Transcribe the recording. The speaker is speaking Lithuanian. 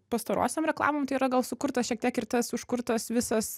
pastarosiom reklamom tai yra gal sukurtas šiek tiek ir tas užkurtas visas